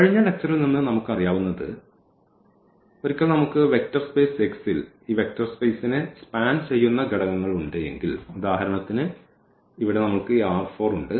കഴിഞ്ഞ ലെക്ച്ചർൽ നിന്ന് നമുക്ക് അറിയാവുന്നത് ഒരിക്കൽ നമുക്ക് വെക്റ്റർ സ്പേസ് X ൽ ഈ വെക്റ്റർ സ്പേസ്നെ സ്പാൻ ചെയ്യുന്ന ഘടകങ്ങൾ ഉണ്ട് എങ്കിൽ ഉദാഹരണത്തിന് ഇവിടെ നമ്മൾക്ക് ഈ ഉണ്ട്